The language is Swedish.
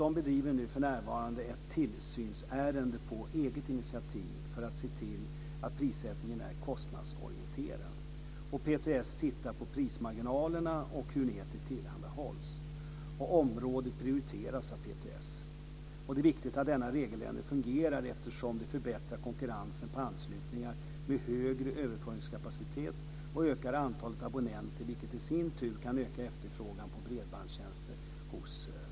PTS driver för närvarande ett tillsynsärende på eget initiativ för att se till att prissättningen är kostnadsorienterad. PTS tittar på prismarginalerna och hur nätet tillhandahålls. Området prioriteras av PTS. Det är viktigt att denna regeländring fungerar eftersom det förbättrar konkurrensen på anslutningar med högre överföringskapacitet och ökar antalet abonnenter, vilket i sin tur kan öka efterfrågan på bredbandstjänster hos företagen.